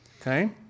okay